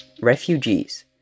Refugees